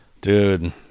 Dude